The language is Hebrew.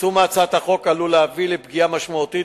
יישום הצעת החוק עלול להביא לפגיעה משמעותית